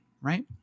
right